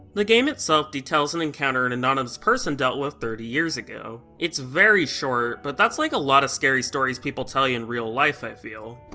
the game itself details an encounter an anonymous person dealt with thirty years ago. it's very short, short, but that's like a lot scary stories people tell you in real life i feel.